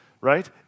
right